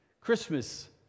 Christmas